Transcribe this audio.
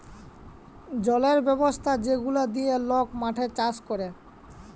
জলের ব্যবস্থা যেগলা দিঁয়ে লক মাঠে চাষ ক্যরে